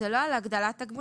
זה לא על הגדלת תגמולים,